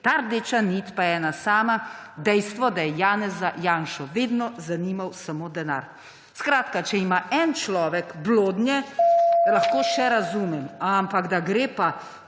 Ta rdeča nit pa je eno samo dejstvo, da je Janeza Janšo vedno zanimal samo denar. Skratka, če ima en človek blodnje, lahko še razumem, ampak da gre pa